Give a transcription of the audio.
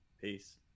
Peace